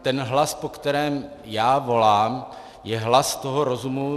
Ten hlas, po kterém já volám, je hlas toho rozumu.